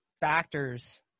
factors